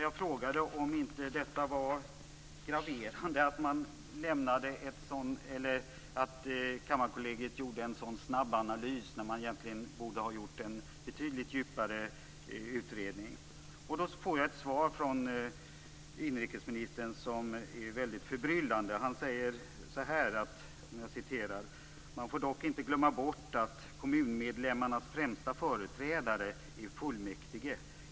Jag frågade om det inte var graverande att Kammarkollegiet gjorde en snabbanalys när man egentligen borde ha gjort en betydligt djupare utredning. Jag fick ett svar från inrikesministern som var mycket förbryllande. Han sade: Man får dock inte glömma bort att kommunmedlemmarnas främsta företrädare är fullmäktige.